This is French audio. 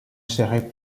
serai